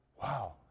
Wow